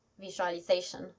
visualization